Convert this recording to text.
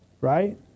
right